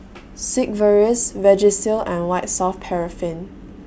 Sigvaris Vagisil and White Soft Paraffin